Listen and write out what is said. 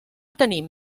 tenim